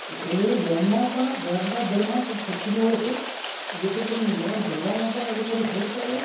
એ લોનમાં પણ વ્યાજના દરમાં કંઈક સબસિડી હોય છે જેથી કરીને લોન ભરવામાં પણ એ લોકોને સરળતા રહે